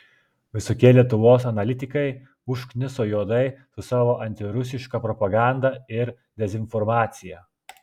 visokie lietuvos analitikai užkniso juodai su savo antirusiška propaganda ir dezinformacija